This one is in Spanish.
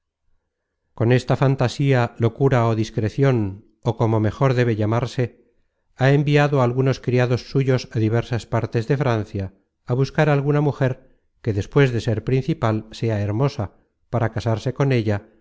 con esta fantasía locura ó discrecion ó como mejor debe llamarse ha enviado a algunos criados suyos á diversas partes de francia á buscar alguna mujer que despues de ser principal sea hermosa para casarse con ella